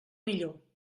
millor